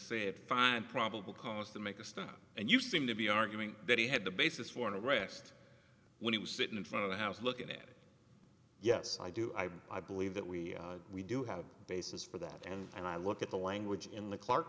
said find probable cause to make a stand and you seem to be arguing that he had the basis for an arrest when he was sitting in front of the house looking at yes i do i believe that we we do have a basis for that and i look at the language in the c